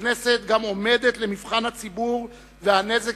הכנסת גם עומדת למבחן הציבור, והנזק